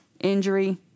injury